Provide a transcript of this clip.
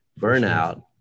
burnout